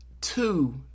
two